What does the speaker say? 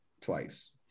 twice